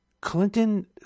Clinton